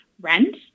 rent